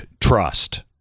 trust